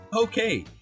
Okay